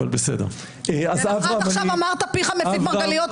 עד עכשיו פיך מפיק מרגליות,